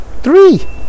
Three